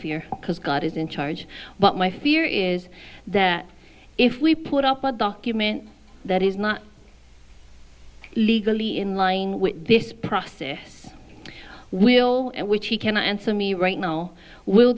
fear because god is in charge but my fear is that if we put up a document that is not legally in line with this process will and which he cannot answer me right now will